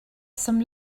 some